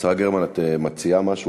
השרה גרמן, את מציעה משהו?